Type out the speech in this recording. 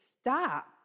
stop